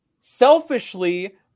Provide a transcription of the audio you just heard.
selfishly